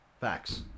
Facts